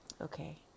Okay